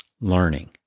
learning